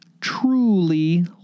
truly